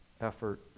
effort